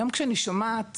היום כשאני שומעת את